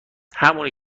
همونی